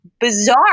bizarre